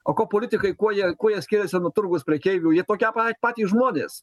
o kuo politikai kuo jie kuo jie skiriasi nuo turgaus prekeivių jie tokie pa patys žmonės